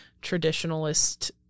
traditionalist